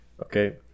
Okay